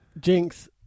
Jinx